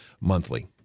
monthly